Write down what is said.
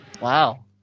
wow